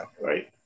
right